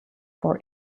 for